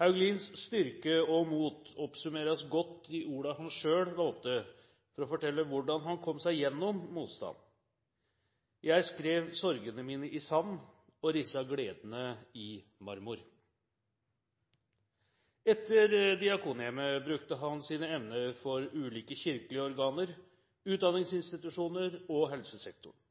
Hauglins styrke og mot oppsummeres godt i ordene han selv valgte for å fortelle hvordan han kom seg gjennom motstanden: Jeg skrev sorgene mine i sand og risset gledene i marmor. Etter Diakonhjemmet brukte han sine evner for ulike kirkelige organer, utdanningsinstitusjoner og helsesektoren.